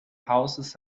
houses